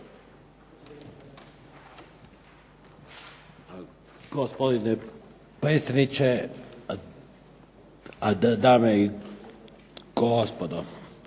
Gospodine predsjedniče, dame i gospodo.